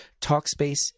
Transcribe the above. Talkspace